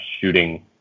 shooting